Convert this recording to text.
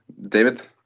David